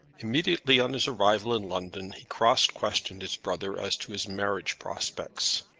immediately on his arrival in london he cross-questioned his brother as to his marriage prospects.